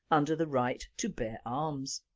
under the right to bear arms.